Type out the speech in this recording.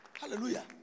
Hallelujah